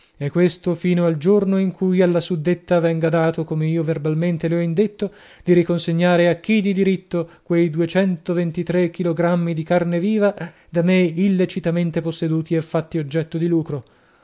e questo fino al giorno in cui alla suddetta venga dato come io verbalmente le ho indetto di riconsegnare a chi di diritto quei duecentoventitrè chilogrammi di carne viva da me illecitamente posseduti e fatti oggetto di lucro